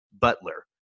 Butler